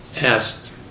asked